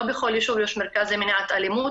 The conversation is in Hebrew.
לא בכל יישוב יש מרכז למניעת אלימות,